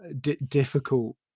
difficult